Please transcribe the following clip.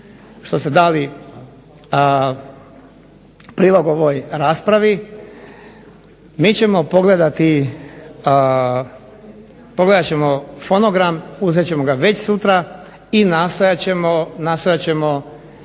što ste dali prilog ovoj raspravi, mi ćemo pogledati fonogram, uzet ćemo ga već sutra i nastojat ćemo